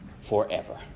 forever